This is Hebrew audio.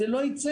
זה לא ייצא,